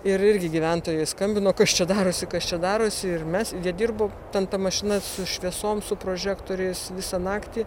ir irgi gyventojai skambino kas čia darosi kas čia darosi ir mes jie dirbo ten ta mašina su šviesom su prožektoriais visą naktį